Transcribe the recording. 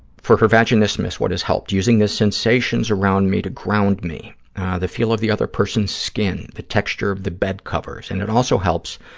for her vaginismus, what has helped? using the sensations around me to ground me, the feel of the other person's skin, the texture of the bed covers, and it also helps